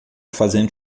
fazendo